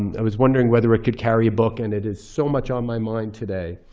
i was wondering whether it could carry a book. and it is so much on my mind today.